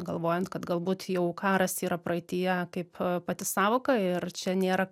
galvojant kad galbūt jau karas yra praeityje kaip pati sąvoka ir čia nėra